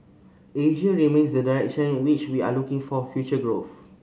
Asia remains the direction which we are looking for future growth